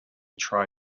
try